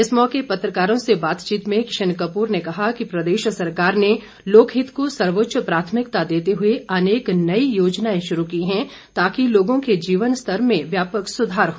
इस मौके पत्रकारों से बातचीत में किशन कपूर ने कहा कि प्रदेश सरकार ने लोकहित को सर्वोच्च प्राथमिकता देते हुए अनेक नई योजनाएं शुरू की हैं ताकि लोगों के जीवन स्तर में व्यापक सुधार हो